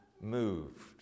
moved